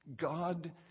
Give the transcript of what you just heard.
God